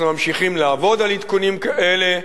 אנחנו ממשיכים לעבוד על העדכונים האלה,